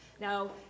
Now